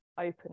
open